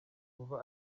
kuva